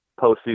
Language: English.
postseason